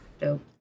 Dope